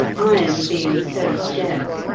iron being so scarce,